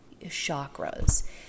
chakras